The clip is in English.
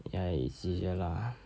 ya it's easier lah